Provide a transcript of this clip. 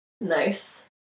Nice